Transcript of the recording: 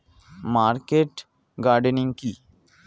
Market gardening কি?